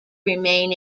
remain